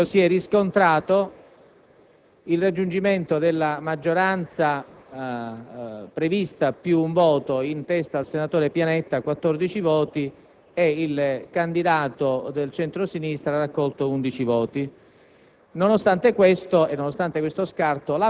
In occasione dello scrutinio, si è riscontrato il raggiungimento della maggioranza prevista più un voto in testa al senatore Pianetta, per un totale di 14 voti, mentre il candidato del centro-sinistra ha raccolto 11 voti.